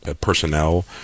personnel